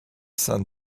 sun